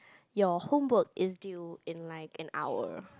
your homework is due in like an hour